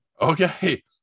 okay